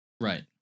Right